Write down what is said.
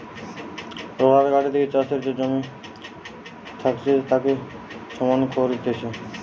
roller গাড়ি দিয়ে চাষের যে জমি থাকতিছে তাকে সমান করতিছে